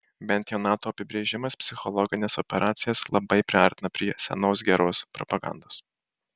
bent jau nato apibrėžimas psichologines operacijas labai priartina prie senos geros propagandos